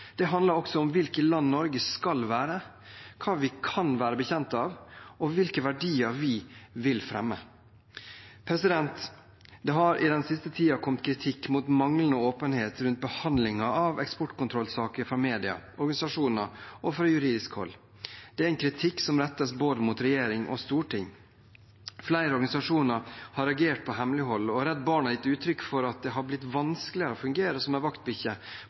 Det handler også om hvilket land Norge skal være, hva vi kan være bekjent av, og hvilke verdier vi vil fremme. Det har i den siste tiden kommet kritikk mot manglende åpenhet rundt behandlingen av eksportkontrollsaker, fra mediene, fra organisasjoner og fra juridisk hold. Det er en kritikk som rettes både mot regjering og storting. Flere organisasjoner har reagert på hemmelighold, og Redd Barna har gitt uttrykk for at det er blitt vanskeligere å fungere som en vaktbikkje